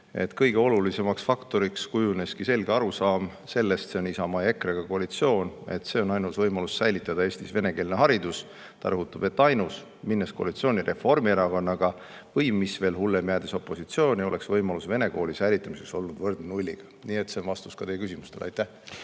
kõige olulisemaks faktoriks kujuneski selge arusaam – jutt on Isamaa ja EKRE-ga koalitsioonist –, et see on ainus võimalus säilitada Eestis venekeelne haridus. Ta rõhutab, et ainus. Minnes koalitsiooni Reformierakonnaga või, mis veel hullem, jäädes opositsiooni, oleks võimalus vene kooli säilitamiseks olnud võrdne nulliga. Nii et see on vastus ka teie küsimustele. Aitäh!